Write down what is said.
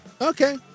Okay